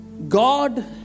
God